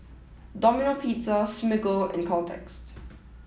Domino Pizza Smiggle and Caltex